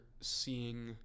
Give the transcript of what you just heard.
seeing